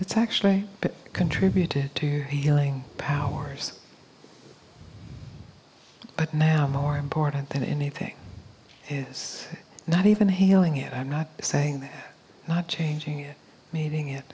it's actually contributed to healing powers but now more important than anything is not even healing it i'm not saying that not changing it meeting it